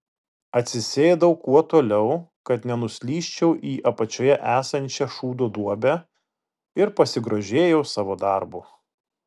atsisėdau kuo toliau kad nenuslysčiau į apačioje esančią šūdo duobę ir pasigrožėjau savo darbu